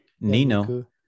nino